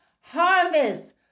harvest